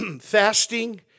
fasting